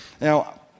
Now